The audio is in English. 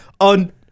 on